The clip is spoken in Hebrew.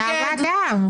מי נמנע?